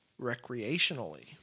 recreationally